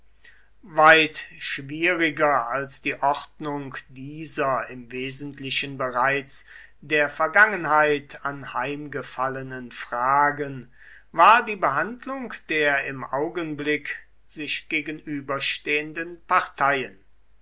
weit schwieriger als die ordnung dieser im wesentlichen bereits der vergangenheit anheimgefallenen fragen war die behandlung der im augenblick sich gegenüberstehenden parteien